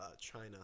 china